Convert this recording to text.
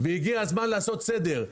הגיע הזמן לעשות סדר.